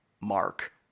Mark